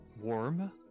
Warm